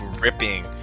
ripping